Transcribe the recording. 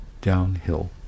downhill